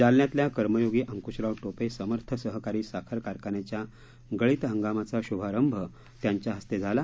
जालन्यातल्या कर्मयोगी अंकूशराव टोपे समर्थ सहकारी कारखान्याच्या गळीत हंगामाचा शुभारंभ त्यांच्या हस्ते झाला